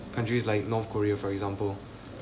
countries like north korea for example